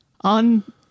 On